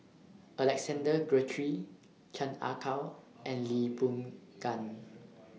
Alexander Guthrie Chan Ah Kow and Lee Boon Ngan